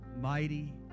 mighty